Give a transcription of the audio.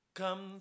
come